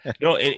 No